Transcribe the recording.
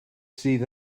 sydd